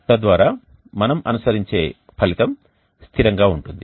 తద్వారా అనుసరించే ఫలితం స్థిరంగా ఉంటుంది